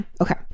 okay